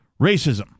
racism